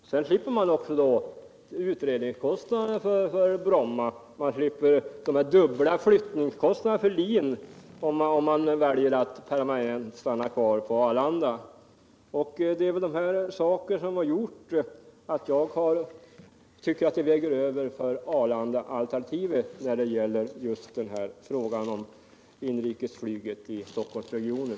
Slutligen slipper man också utredningskostnaderna för Bromma, och man slipper de dubbla flyttningskostnaderna för LIN, om man väljer att stanna kvar på Arlanda. Det är detta tillsammantaget som har gjort att jag tycker att Arlandaalternativet väger över för inrikesflyget i Storstockholmsregionen.